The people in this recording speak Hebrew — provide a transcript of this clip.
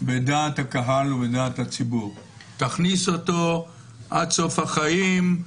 בדעת הקהל ובדעת הציבור: "תכניס אותו עד סוף החיים"